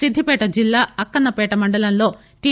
సిద్దిపేట జిల్లా అక్కన్న పేట మండలంలో టి